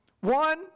One